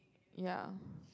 ya